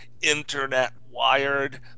internet-wired